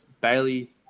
Bailey